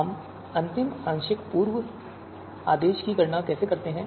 हम अंतिम आंशिक पूर्व आदेश का निर्धारण कैसे करते हैं